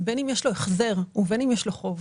בין אם יש לו החזר ובין אם יש לו חוב,